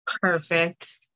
perfect